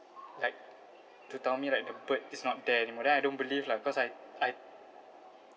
like to tell me like the bird is not there anymore then I don't believe lah cause I I